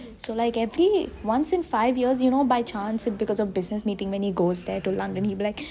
so like every once in five years you know by chance because of business meetings when he goes there to london he'll be like